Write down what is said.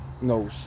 no